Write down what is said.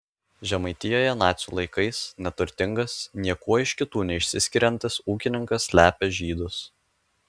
žemaitijoje nacių laikais neturtingas niekuo iš kitų neišsiskiriantis ūkininkas slepia žydus